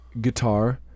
guitar